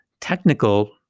technical